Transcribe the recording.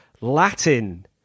Latin